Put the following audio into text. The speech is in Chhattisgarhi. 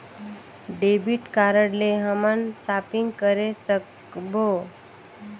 डेबिट कारड ले हमन शॉपिंग करे सकबो?